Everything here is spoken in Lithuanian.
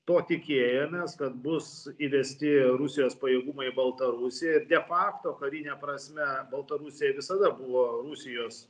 to tikėjomės kad bus įvesti rusijos pajėgumai baltarusije de facto karine prasme baltarusija visada buvo rusijos